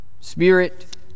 Spirit